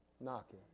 knocking